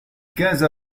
quinze